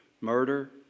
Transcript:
Murder